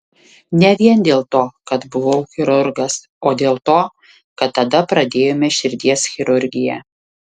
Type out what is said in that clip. ne vien dėl to kad buvau chirurgas o dėl to kad tada pradėjome širdies chirurgiją